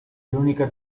l’unica